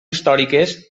històriques